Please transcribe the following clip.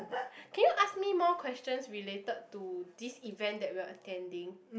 can you ask me more questions related to this event that we are attending